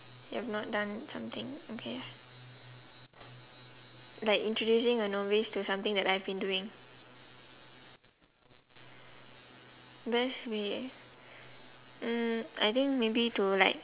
you've not done something okay like introducing a novice to something that I've been doing best way hmm I think maybe to like